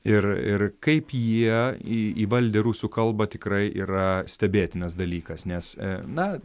ir ir kaip jie į įvaldę rusų kalbą tikrai yra stebėtinas dalykas nes na